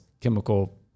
chemical